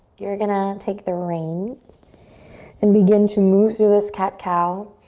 you're gonna take the reins and begin to move through this cat-cow.